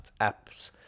apps